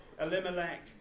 Elimelech